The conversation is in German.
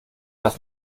das